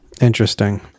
Interesting